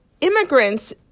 immigrants